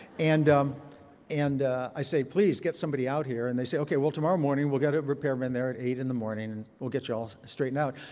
and um and i say, please get somebody out here. and they say, okay, tomorrow morning we'll get a repairman there at eight in the morning, and we'll get you all straightened out.